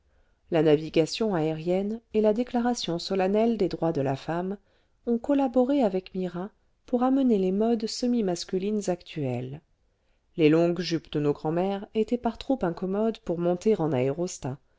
la navigation aérienne et la déclaration solennelle des droits de la femme ont collaboré avec mira pour amener les modes semi masçuhnes actuelles les longues jupes de nos grand'mères étaient par trop incom modes pour monter en aérostat